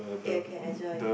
ya can enjoy